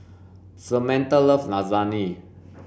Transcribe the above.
Samantha loves Lasagne